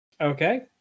Okay